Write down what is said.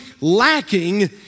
lacking